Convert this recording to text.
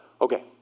Okay